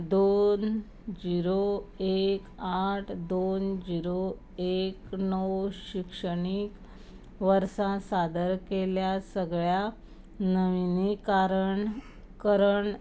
दोन जिरो एक आठ दोन जिरो एक णव शिक्षणीक वर्सा सादर केल्ल्या सगळ्या नविनीकारण करण